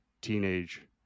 teenage